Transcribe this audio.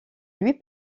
louis